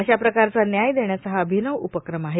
अशा प्रकारचा न्याय देण्याचा हा र्आभनव उपक्रम आहे